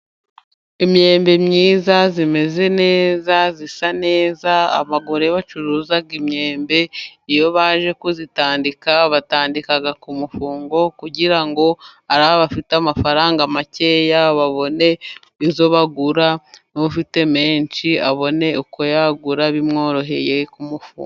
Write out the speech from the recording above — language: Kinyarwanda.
Imyembe myiza, imeze neza, isa neza. Abagore bacuruza imyembe iyo baje kuyitandika, batandika ku mufungo, kugira ngo abafite amafaranga makeya babone iyo bagura, n'ufite menshi abone uko yagura bimworoheye ku mufungo.